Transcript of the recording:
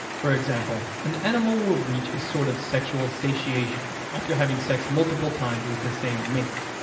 for example, an animal will reach a sort of sexual satiation after having sex multiple times with the same mate.